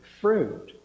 fruit